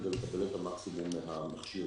כדי לקבל את המקסימום ממכשיר